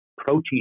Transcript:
protein